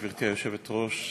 גברתי היושבת-ראש,